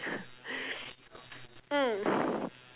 mm